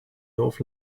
north